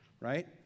right